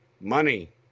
money